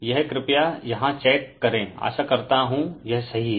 यह कृपया यहाँ चेक करे आशा करता हु यह सही है